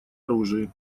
оружии